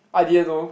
I didn't know